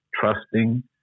trusting